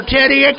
Teddy